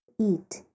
eat